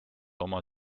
oma